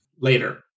Later